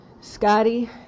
Scotty